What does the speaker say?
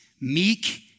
meek